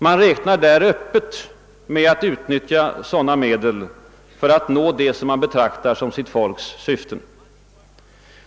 Man räknar öppet med att utnyttja sådana medel för att nå vad man betraktar som sitt folks syften.